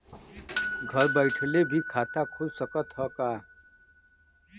घरे बइठले भी खाता खुल सकत ह का?